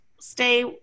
stay